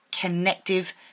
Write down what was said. connective